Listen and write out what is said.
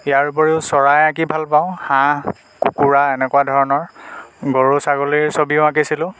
ইয়াৰোপৰিও চৰাই আঁকি ভালপাওঁ হাঁহ কুকুৰা এনেকুৱা ধৰণৰ গৰু ছাগলীৰ ছবিও আঁকিছিলোঁ